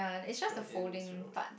throw it in throw it